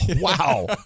Wow